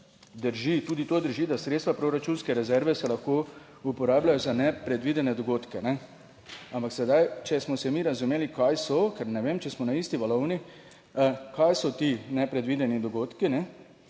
drži, tudi to drži, da sredstva proračunske rezerve se lahko uporabljajo za nepredvidene dogodke. Ampak sedaj, če smo se mi razumeli kaj so, ker ne vem, če smo na isti valovni, kaj so ti nepredvideni dogodki,